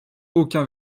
aucun